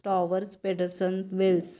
स्टॉवर्स Peterson Wales